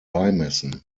beimessen